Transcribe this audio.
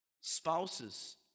Spouses